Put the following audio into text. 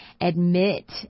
Admit